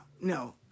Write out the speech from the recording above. no